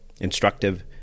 instructive